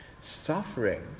Suffering